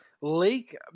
Lake